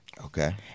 Okay